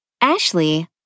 Ashley